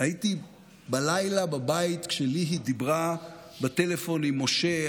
הייתי בלילה בבית כשליהיא דיברה בטלפון עם משה,